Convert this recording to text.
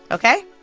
ok?